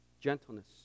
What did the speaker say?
gentleness